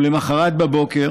למוחרת בבוקר